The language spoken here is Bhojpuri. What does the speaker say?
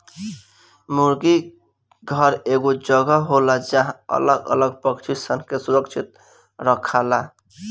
मुर्गी घर एगो जगह होला जहां अलग अलग पक्षी सन के सुरक्षित रखाला